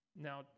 Now